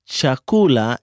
Chakula